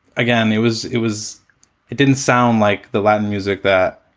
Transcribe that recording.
again, it was it was it didn't sound like the latin music that